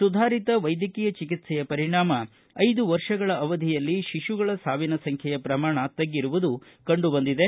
ಸುಧಾರಿತ ವೈದ್ಯಕೀಯ ಚಿಕಿತ್ಸೆಯ ಪರಿಣಾಮ ಐದು ವರ್ಷಗಳ ಅವಧಿಯಲ್ಲಿ ಶಿಶುಗಳ ಸಾವಿನ ಸಂಖ್ಡೆಯ ಶ್ರಮಾಣ ತಗ್ಗಿರುವುದು ಕಂಡು ಬಂದಿದೆ